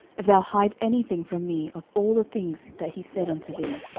if thou hide any thing from me of all the things that he said unto thee.